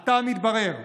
עתה מתברר: